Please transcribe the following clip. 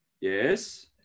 Yes